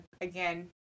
again